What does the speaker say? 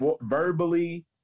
verbally